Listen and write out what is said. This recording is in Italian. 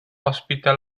ospita